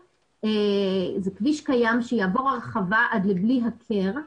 זה כביש קיים שיעבור הרחבה עד לבלי הכר,